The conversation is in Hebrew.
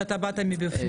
אתה שאתה באת מבפנים.